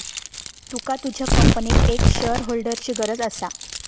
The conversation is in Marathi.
तुका तुझ्या कंपनीक एक शेअरहोल्डरची गरज असा